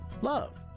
love